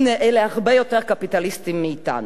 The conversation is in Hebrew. הנה אלה הרבה יותר קפיטליסטים מאתנו.